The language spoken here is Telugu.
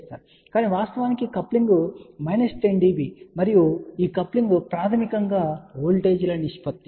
కానీ వాస్తవానికి కప్లింగ్ మైనస్ 10 dB మరియు ఈ కప్లింగ్ ప్రాథమికంగా వోల్టేజ్ల నిష్పత్తి